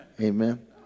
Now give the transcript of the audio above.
Amen